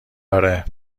آره